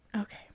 Okay